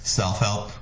self-help